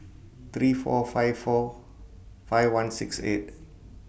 three four five four five one six eight